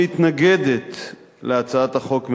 מתנגדת להצעת החוק,